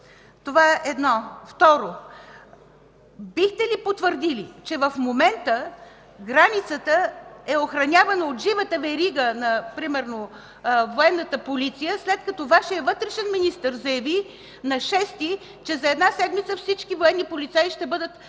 Това е едно. Второ, бихте ли потвърдили, че в момента границата е охранявана от живата верига на Военната полиция, след като Вашият вътрешен министър заяви на 6-и, че за една седмица всички военни полицаи ще бъдат